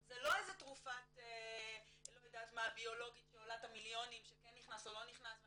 זה לא איזה תרופה ביולוגית שעולה מיליונים שכן נכנס או לא נכנס,